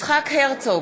יצחק הרצוג,